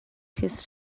his